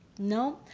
no?